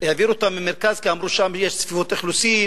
העבירו אותם מהמרכז כי אמרו ששם יש צפיפות אוכלוסין,